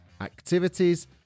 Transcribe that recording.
activities